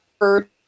heard